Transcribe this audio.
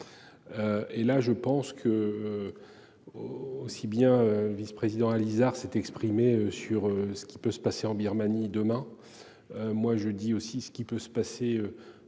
Et là je pense que. Aussi bien vice-président Alizard s'est exprimé sur ce qui peut se passer en Birmanie, demain. Moi je dis aussi ce qui peut se passer dans